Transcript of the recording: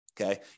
Okay